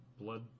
blood